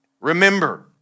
remember